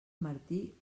martí